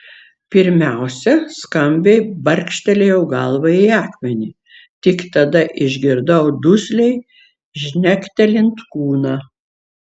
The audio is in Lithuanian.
pirmiausia skambiai barkštelėjau galva į akmenį tik tada išgirdau dusliai žnektelint kūną